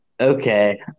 Okay